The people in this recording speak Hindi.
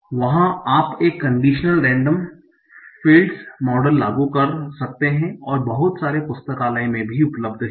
तो वहाँ आप एक कन्डिशनल रेंडम फील्ड्स मॉडल लागू कर सकते हैं और बहुत सारे पुस्तकालय भी उपलब्ध हैं